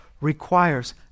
requires